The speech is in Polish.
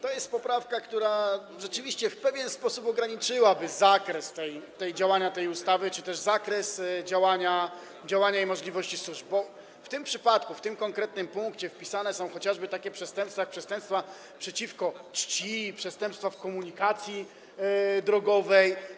To jest poprawka, która rzeczywiście w pewien sposób ograniczyłaby zakres działania tej ustawy czy też zakres działania i możliwości służb, bo w tym przypadku, w tym konkretnym punkcie wpisane są chociażby takie przestępstwa jak przestępstwa przeciwko czci, przestępstwa w komunikacji drogowej.